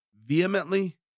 vehemently